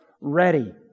ready